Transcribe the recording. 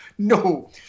No